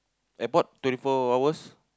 airport twenty four hours